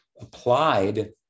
applied